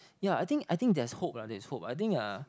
ya I think I think there's hope lah there's hope I think uh